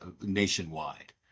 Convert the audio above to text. nationwide